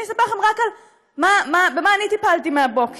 אני אספר לכם רק במה אני טיפלתי מהבוקר,